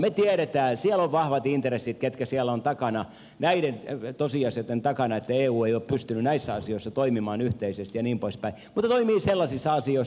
me tiedämme siellä on vahvat intressit niillä ketkä siellä ovat näiden tosiasioiden takana että eu ei ole pystynyt näissä asioissa toimimaan yhteisesti ja niin pois päin mutta toimii sellaisissa asioissa